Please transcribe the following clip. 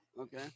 okay